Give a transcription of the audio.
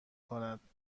کند